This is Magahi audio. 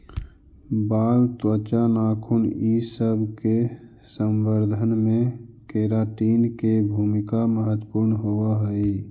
बाल, त्वचा, नाखून इ सब के संवर्धन में केराटिन के भूमिका महत्त्वपूर्ण होवऽ हई